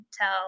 tell